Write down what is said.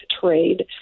trade